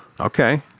Okay